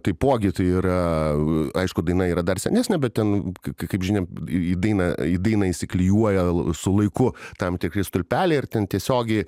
taipogi tai yra aišku daina yra dar senesnė bet ten kaip žinia į dainą į dainą įsiklijuoja su laiku tam tikri stulpeliai ir ten tiesiogiai